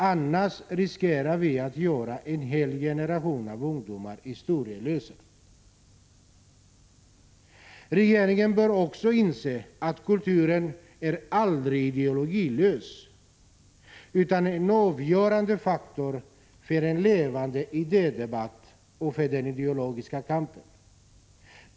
Annars riskerar vi att göra en hel generation historielös. Regeringen bör också inse att kulturen aldrig är ideologilös, utan att den är av avgörande betydelse för en levande idédebatt och för den ideologiska kampen.